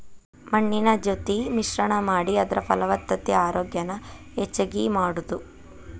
ಮಣ್ಣಿನ ಜೊತಿ ಮಿಶ್ರಣಾ ಮಾಡಿ ಅದರ ಫಲವತ್ತತೆ ಆರೋಗ್ಯಾನ ಹೆಚಗಿ ಮಾಡುದು